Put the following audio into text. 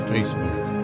Facebook